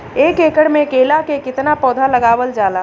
एक एकड़ में केला के कितना पौधा लगावल जाला?